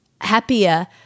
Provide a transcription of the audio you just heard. happier